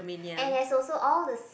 and there's also all the